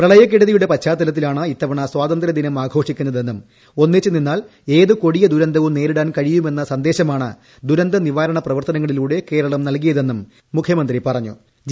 പ്രളയക്കെടുതിയുടെ പശ്ചാത്തലത്തിലാണ് ഇത്തവണ സ്വാതന്ത്ര്യദിനം ആഘോഷിക്കുന്നതെന്നും ഒന്നിച്ച് നിന്നാൽ ഏത് കൊടിയ ദുരന്തവും നേരിടാൻ കഴിയുമെന്ന സന്ദേശമാണ് ദുരന്തനിവാരണ പ്രവർത്തനങ്ങളിലൂടെ കേരളം നൽകിയതെന്നും മുഖ്യമന്ത്രി പിണറായി വിജയൻ പറഞ്ഞു